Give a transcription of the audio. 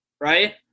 right